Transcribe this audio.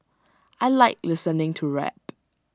I Like listening to rap